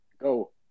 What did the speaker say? go